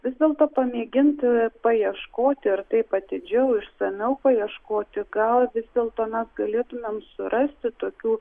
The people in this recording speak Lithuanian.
vis dėlto pamėginti paieškoti ir taip atidžiau išsamiau paieškoti gal vis dėlto mes galėtumėm surasti tokių